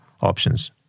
options